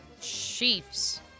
Chiefs